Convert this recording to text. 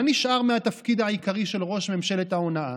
מה נשאר מהתפקיד העיקרי של ראש ממשלת ההונאה?